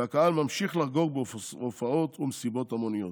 והקהל ממשיך לחגוג בהופעות ובמסיבות המוניות.